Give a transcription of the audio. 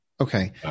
Okay